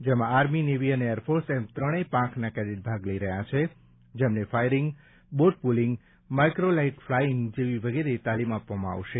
જેમાં army navy અને air force તેમ ત્રણેય પાંખના કેડેટ ભાગ લઈ રહ્યા છે જેમને firing boat pulling microlight flying વગેરે જેવી તાલીમ આપવામાં આવશે